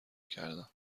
کردم